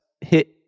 hit